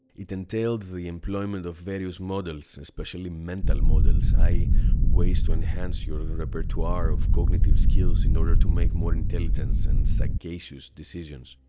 it entailed the employment of various models especially mental models, i e. ways to enhance your repertoire of cognitive skills in order to make more intelligent and sagacious decisions.